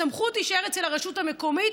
הסמכות תישאר אצל הרשות המקומית,